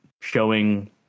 showing